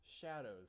shadows